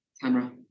camera